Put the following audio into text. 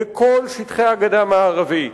בכל שטחי הגדה המערבית.